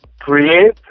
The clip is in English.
create